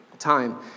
time